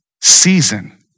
season